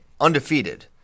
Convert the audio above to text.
undefeated